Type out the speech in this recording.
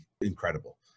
incredible